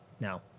now